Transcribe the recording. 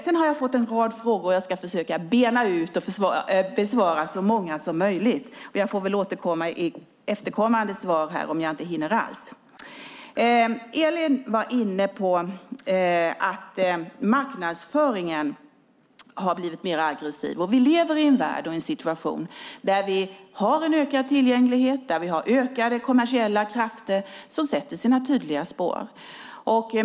Jag har fått en rad frågor och jag ska försöka bena ut dem och besvara så många som möjligt. Elin Lundgren var inne på att marknadsföringen blivit mer aggressiv. Vi lever i en värld och i en situation där vi har en ökad tillgänglighet och ökade kommersiella krafter som sätter sina tydliga spår.